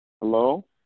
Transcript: Hello